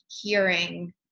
hearing